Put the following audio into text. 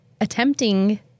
attempting